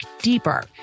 deeper